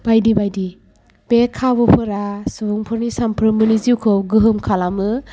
बायदि बायदि बे खाबुफोरा सुबुंफोरनि सानफ्रोमबोनि जिउखौ गोहोम खालामो